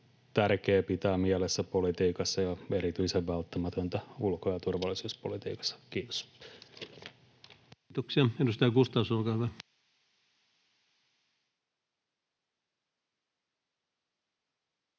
tärkeä pitää mielessä politiikassa ja erityisen välttämätöntä ulko- ja turvallisuuspolitiikassa. — Kiitos. [Speech 184] Speaker: